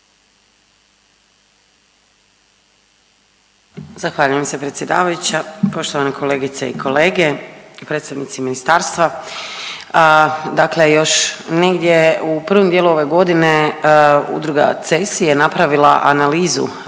Zahvaljujem se predsjedavajuća. Poštovane kolegice i kolege, predstavnici Ministarstva. Dakle još negdje u prvom dijelu ove godine, udruga CESI je napravila analizu